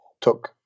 took